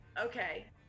okay